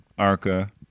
Arca